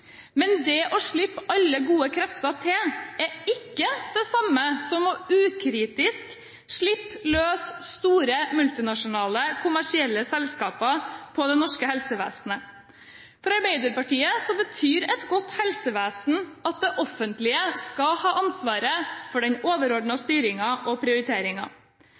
Men det å slippe alle gode krefter til er ikke det samme som ukritisk å slippe løs store multinasjonale kommersielle selskaper på det norske helsevesenet. For Arbeiderpartiet betyr et godt helsevesen at det offentlige skal ha ansvaret for den overordnede styringen og